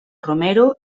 romero